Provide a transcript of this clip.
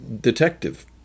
detective